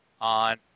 on